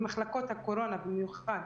במחלקות הקורונה במיוחד,